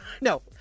no